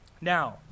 Now